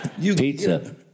Pizza